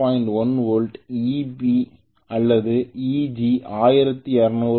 1 volt Eb அல்லது Eg 1200 R